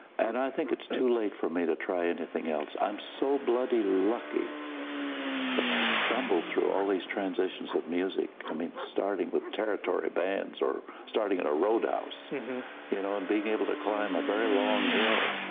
and i think it's too late for me to try anything else. i'm so bloody lucky that but i've stumbled through all these transitions of music, i mean starting with territory bands or starting in a roadhouse, you know and being able to climb a very long hill.